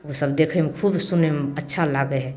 ओसब देखैमे खूब सुनैमे अच्छा लागै हइ